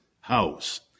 house